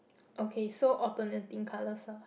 okay so alternating colours ah